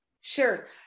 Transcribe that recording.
Sure